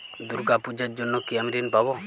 দুর্গা পুজোর জন্য কি আমি ঋণ পাবো?